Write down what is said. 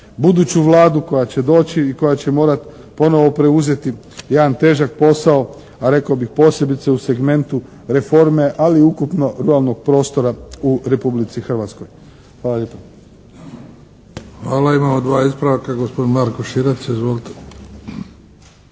buduću Vladu koja će doći i koja će morati ponovo preuzeti jedan težak posao, a rekao bih posebice u segmentu reforme ali i ukupno ruralnog prostora u Republici Hrvatskoj. Hvala lijepa. **Bebić, Luka (HDZ)** Hvala. Imamo dva ispravka gospodin Marko Širac. Izvolite.